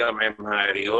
וגם עם העיריות,